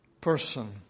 person